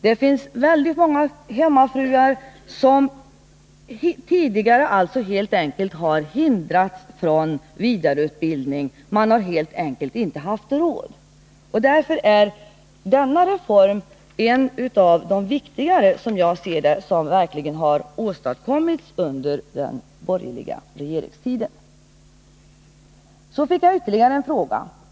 Det finns väldigt många hemmafruar som tidigare har hindrats från att vidareutbilda sig därför att de helt enkelt inte haft råd. Därför är denna reform som jag ser det en av de viktigare som genomförts under den borgerliga regeringstiden. Jag fick ytterligare en fråga av Ralf Lindström.